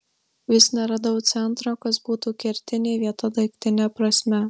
vis neradau centro kas būtų kertinė vieta daiktine prasme